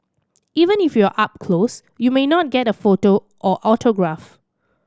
even if you are up close you may not get a photo or autograph